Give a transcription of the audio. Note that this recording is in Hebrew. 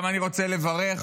גם אני רוצה לברך